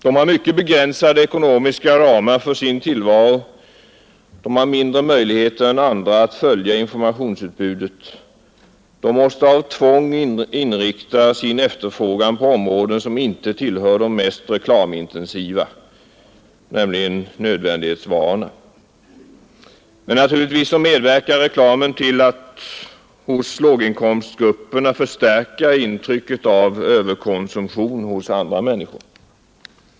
De har mycket begränsade ekonomiska ramar för sin tillvaro, de har mindre möjligheter än andra att följa informationsutbudet, de måste av tvång inrikta sin efterfrågan på områden som inte tillhör de mest reklamintensiva, nämligen nödvändighetsvarorna. Men naturligtvis medverkar reklamen till att hos låginkomstgrupperna förstärka intrycket av överkonsumtion hos andra människor.